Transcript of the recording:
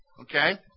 Okay